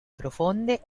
profonde